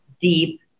deep